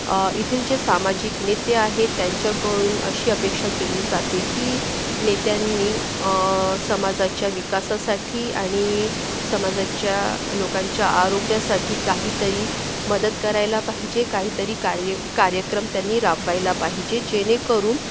इथलचे सामाजिक नेते आहे त्यांच्याकडून अशी अपेक्षा केली जाते की नेत्यांनी समाजाच्या विकासासाठी आणि समाजाच्या लोकांच्या आरोग्यासाठी काहीतरी मदत करायला पाहिजे काहीतरी कार्य कार्यक्रम त्यांनी राबवायला पाहिजे जेणेकरून